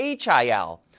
HIL